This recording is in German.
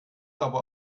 aber